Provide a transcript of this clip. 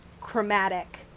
chromatic